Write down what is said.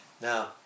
Now